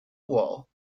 wall